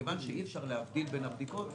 מכיוון שאי אפשר להבדיל בין הבדיקות,